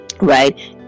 right